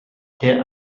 der